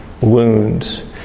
wounds